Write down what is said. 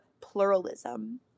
pluralism